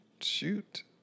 Shoot